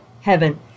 heaven